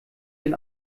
den